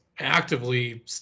actively